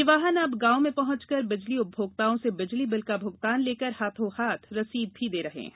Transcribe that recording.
ये वाहन अब गांवों में पहुंचकर बिजली उपभोक्ताओं से बिजली बिल का भुगतान लेकर हाथों हाथ रसीद भी दे रहे हैं